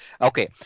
Okay